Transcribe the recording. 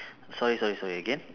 sorry sorry sorry again